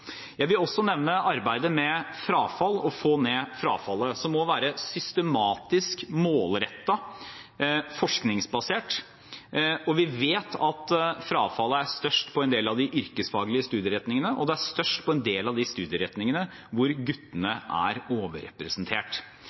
Jeg vil også nevne arbeidet med å få ned frafallet, som må være systematisk målrettet og forskningsbasert. Vi vet at frafallet er størst på en del av de yrkesfaglige studieretningene, og det er størst på en del av de studieretningene hvor guttene er overrepresentert.